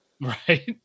Right